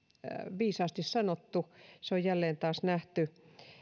viisaasti sanottu se on jälleen nähty